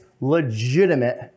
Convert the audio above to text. legitimate